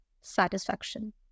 Satisfaction